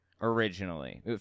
originally